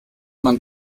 man